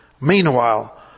Meanwhile